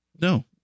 No